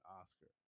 Oscar